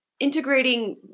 integrating